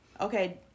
Okay